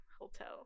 hotel